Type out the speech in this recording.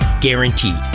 Guaranteed